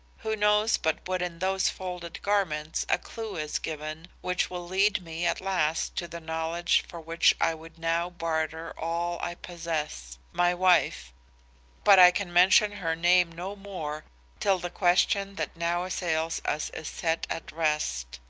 who knows but what in those folded garments a clue is given which will lead me at last to the knowledge for which i would now barter all i possess. my wife but i can mention her name no more till the question that now assails us is set at rest.